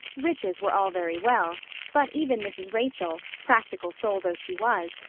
riches were all very well but even mrs. rachel, practical soul though she was,